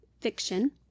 fiction